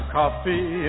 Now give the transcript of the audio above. coffee